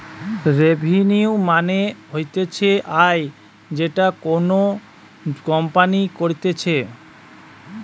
revenue মানে হতিছে আয় যেটা কোনো কোম্পানি করতিছে